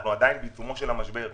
אנחנו עדין בעיצומו של המשבר.